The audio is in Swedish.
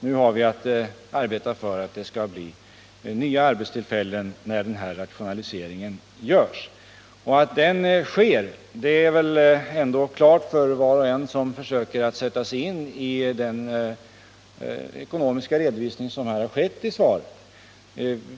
Nu har vi att arbeta för att det skall bli nya arbetstillfällen när rationaliseringen görs, och att den sker är väl klart för var och en som försöker sätta sig in i den ekonomiska redovisning som har gjorts i svaret.